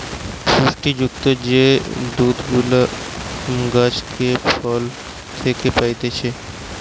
পুষ্টি যুক্ত যে দুধ গুলা গাছ থেকে, ফল থেকে পাইতেছে